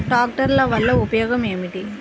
ట్రాక్టర్ల వల్ల ఉపయోగం ఏమిటీ?